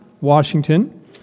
Washington